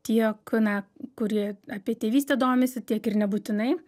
tiek na kurie apie tėvystę domisi tiek ir nebūtinai